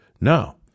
no